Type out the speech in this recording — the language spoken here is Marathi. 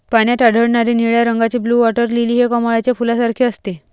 पाण्यात आढळणारे निळ्या रंगाचे ब्लू वॉटर लिली हे कमळाच्या फुलासारखे असते